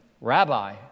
Rabbi